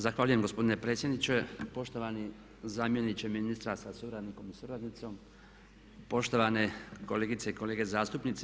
Zahvaljujem gospodine predsjedniče, poštovani zamjeniče ministra sa suradnikom i suradnicom, poštovane kolegice i kolege zastupnici.